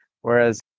Whereas